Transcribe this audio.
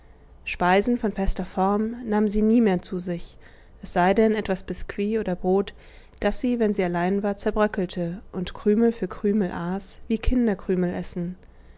speisen von fester form nahm sie nie mehr zu sich es sei denn etwas biskuit oder brot das sie wenn sie allein war zerbröckelte und krümel für krümel aß wie kinder krümel essen